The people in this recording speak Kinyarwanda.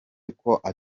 akora